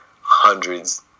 hundreds